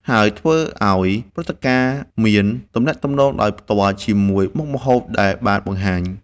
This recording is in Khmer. ហើយធ្វើឲ្យព្រឹត្តិការណ៍មានទំនាក់ទំនងដោយផ្ទាល់ជាមួយមុខម្ហូបដែលបានបង្ហាញ។